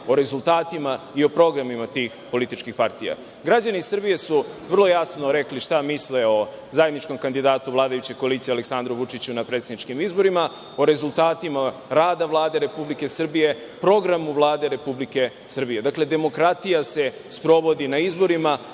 o rezultatima i o programima tih političkih partija. Građani Srbije su vrlo jasno rekli šta misle o zajedničkom kandidatu vladajuće koalicije Aleksandru Vučiću na predsedničkim izborima, o rezultatima rada Vlade Republike Srbije, programu Vlade Republike Srbije. Dakle, demokratija se sprovodi na izborima,